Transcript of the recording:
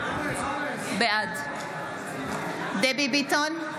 בעד דבי ביטון,